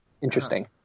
interesting